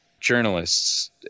journalists